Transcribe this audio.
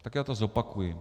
Tak já to zopakuji.